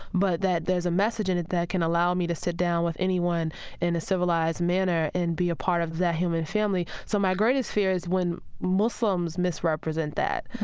but that there's a message in it that can allow me to sit down with anyone in a civilized manner and be a part of that human family. so my greatest fear is when muslims misrepresent that.